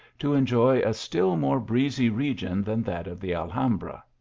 to enjoy a still more breezy region than that of the alhambra.